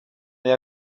they